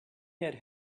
had